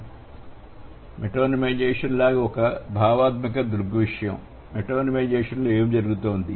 తో మెటోనిమైజేషన్ లాగా ఒక భావనాత్మక దృగ్విషయం మెటోనిమైజేషన్ లో ఏమి జరుగుతుంది